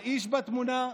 האיש בתמונה,